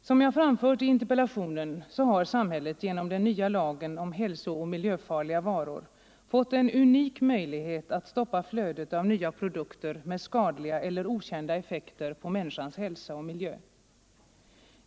Som jag framhållit i interpellationen har samhället genom den nya lagen om hälsooch miljöfarliga varor fått en unik möjlighet att stoppa flödet av nya produkter med skadliga eller okända effekter på människans hälsa och miljö.